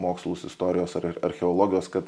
mokslus istorijos ar archeologijos kad